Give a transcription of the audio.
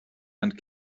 and